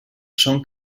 són